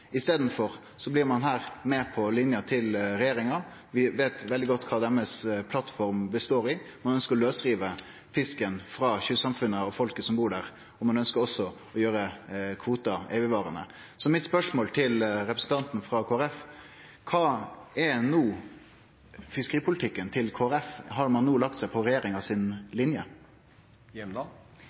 I staden blir ein her med på lina til regjeringa. Vi veit veldig godt kva deira plattform består i, ein ønskjer å lausrive fisken frå kystsamfunna og folket som bur der, og ein ønskjer også å gjere kvotar evigvarande. Så mitt spørsmål til representanten frå Kristeleg Folkeparti er: Kva er no fiskeripolitikken til Kristeleg Folkeparti? Har ein no lagt seg på